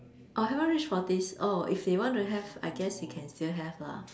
orh haven't reach forties oh if they want to have I guess they can still have lah